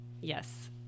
Yes